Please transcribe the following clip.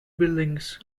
buildings